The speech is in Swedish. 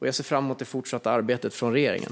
Jag ser fram emot det fortsatta arbetet från regeringen.